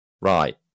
right